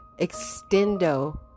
Extendo